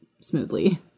smoothly